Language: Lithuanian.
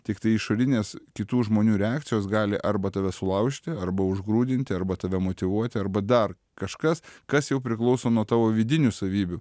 tiktai išorinės kitų žmonių reakcijos gali arba tave sulaužyti arba užgrūdinti arba tave motyvuoti arba dar kažkas kas jau priklauso nuo tavo vidinių savybių